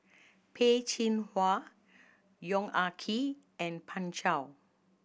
Peh Chin Hua Yong Ah Kee and Pan Shou